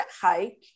hike